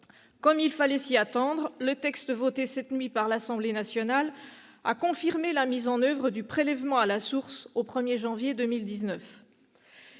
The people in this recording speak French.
Comme il fallait s'y attendre, le texte voté cette nuit par l'Assemblée nationale a confirmé la mise en oeuvre du prélèvement à la source au 1janvier 2019.